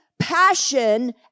Passion